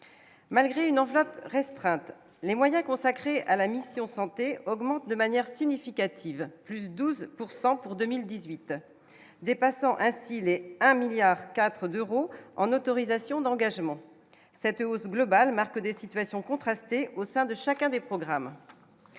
Malgré une enveloppe restreinte, les moyens consacrés à la mission santé augmente de manière significative, plus 12 pourcent pour 2018, dépassant ainsi les un milliard 4 d'euros en autorisation d'engagement cette hausse globale marque des situations contrastées au sein de chacun des programmes,